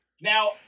Now